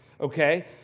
okay